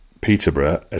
Peterborough